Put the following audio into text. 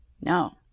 no